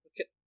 Okay